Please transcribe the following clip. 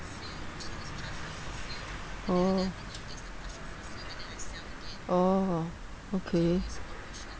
oh oh okay